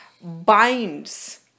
binds